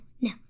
no